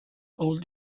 old